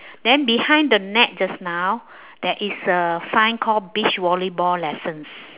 then beside the mat just now there is a sign call beach volleyball lessons